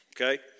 okay